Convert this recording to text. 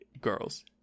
girls